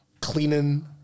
Cleaning